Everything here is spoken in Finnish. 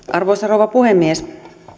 arvoisa rouva puhemies